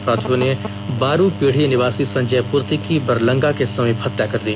अपराधियों ने बारूपीढ़ी निवासी संजय पूर्ति की बरलंगा के समीप हत्या कर दी